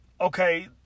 Okay